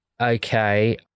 Okay